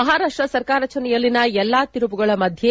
ಮಹಾರಾಷ್ಟ ಸರ್ಕಾರ ರಚನೆಯಲ್ಲಿನ ಎಲ್ಲ ತಿರುವುಗಳ ಮಧ್ಯೆ